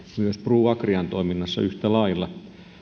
myös proagrian toiminnassa on yhtä lailla